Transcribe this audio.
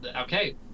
okay